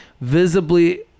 visibly